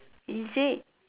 is it